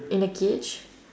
in a cage